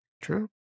True